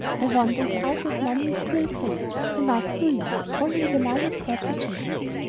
i wonder if arthur's money is still safe, remarked louise, following the line of thought suggested.